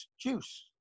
Juice